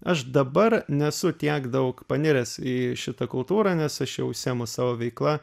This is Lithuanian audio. aš dabar nesu tiek daug paniręs į šitą kultūrą nes aš jau užsiemu savo veikla